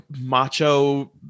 macho